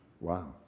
Wow